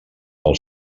del